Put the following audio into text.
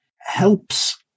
helps